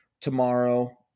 tomorrow